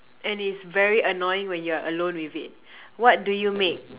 and it's very annoying when you're alone with it what do you make